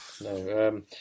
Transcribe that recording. No